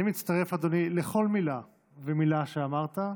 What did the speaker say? אני מצטרף, אדוני, לכל מילה ומילה שאמרת.